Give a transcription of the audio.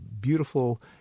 beautiful